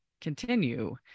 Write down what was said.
continue